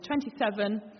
27